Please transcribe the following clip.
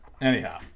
Anyhow